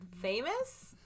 Famous